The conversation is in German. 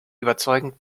überzeugend